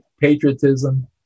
patriotism